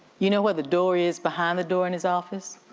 you know where the door is behind the door in his office?